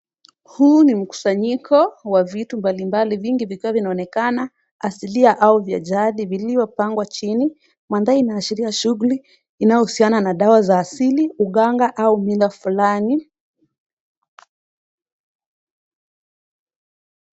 Huu ni mkusanyiko wa vitu mbalimbali vikiwa vinaonekana asilia au vya jadi viliopangwa chini. Mandhari inaashiria shughuli inayohusiana na dawa wa asili uganga au mila fulani.